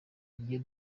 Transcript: iryo